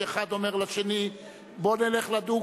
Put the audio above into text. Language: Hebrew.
שאחד אומר לשני: בוא נלך לדוג,